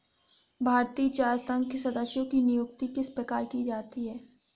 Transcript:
भारतीय चाय संघ के सदस्यों की नियुक्ति किस प्रकार की जाती है?